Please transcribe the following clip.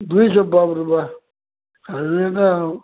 ଦୁଇଶ ବରା ଛାଣିଲେ ତ ଆଉ